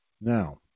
Now